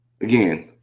again